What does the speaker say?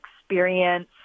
experience